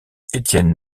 étienne